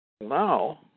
Now